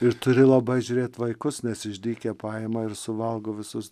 ir turi labai žiūrėt vaikus nes išdykę paima ir suvalgo visus